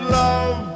love